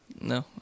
No